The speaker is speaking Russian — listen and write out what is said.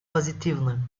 позитивным